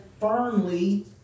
firmly